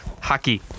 hockey